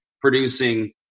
producing